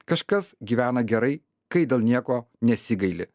kažkas gyvena gerai kai dėl nieko nesigaili